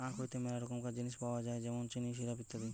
আখ হইতে মেলা রকমকার জিনিস পাওয় যায় যেমন চিনি, সিরাপ, ইত্যাদি